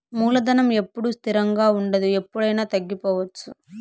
మూలధనం ఎప్పుడూ స్థిరంగా ఉండదు ఎప్పుడయినా తగ్గిపోవచ్చు